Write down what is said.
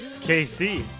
KC